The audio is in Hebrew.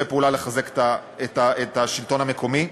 פעולה כדי לחזק את השלטון המקומי.